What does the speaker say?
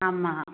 ஆமாம்